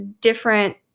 different